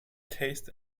taste